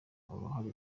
uruhare